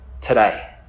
today